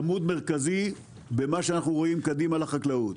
עמוד מרכזי במה שאנחנו רואים קדימה לחקלאות.